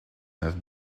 have